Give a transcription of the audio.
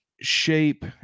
shape